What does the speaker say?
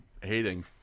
hating